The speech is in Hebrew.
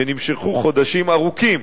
שנמשכו חודשים ארוכים,